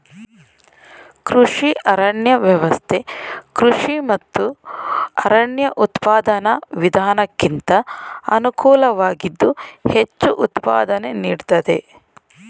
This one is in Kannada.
ಕೃಷಿ ಅರಣ್ಯ ವ್ಯವಸ್ಥೆ ಕೃಷಿ ಮತ್ತು ಅರಣ್ಯ ಉತ್ಪಾದನಾ ವಿಧಾನಕ್ಕಿಂತ ಅನುಕೂಲವಾಗಿದ್ದು ಹೆಚ್ಚು ಉತ್ಪಾದನೆ ನೀಡ್ತದೆ